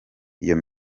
iyo